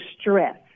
stress